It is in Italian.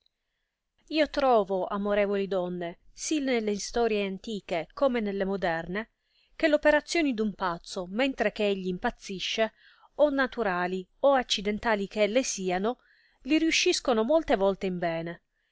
io trovo amorevoli donne sì nelle istorie antiche come nelle moderne che l'operazioni di un pazzo mentre che egli impazzisce o naturali o accidentali che elle siano li riusciscono molte volte in bene